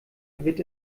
wird